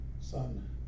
son